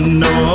no